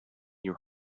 your